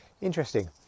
Interesting